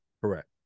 Correct